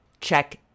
check